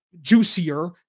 juicier